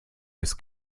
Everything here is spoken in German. ist